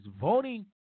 voting